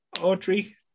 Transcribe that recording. Audrey